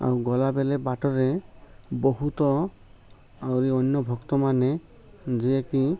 ଆଉ ଗଲାବେଳେ ବାଟରେ ବହୁତ ଆହୁରି ଅନ୍ୟ ଭକ୍ତମାନେ ଯିଏକି